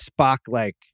Spock-like